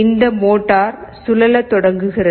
இந்த மோட்டார் சுழலத் தொடங்குகிறது